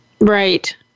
Right